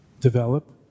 develop